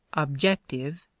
objective,